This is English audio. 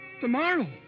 Tomorrow